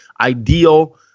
ideal